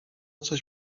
coś